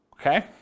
Okay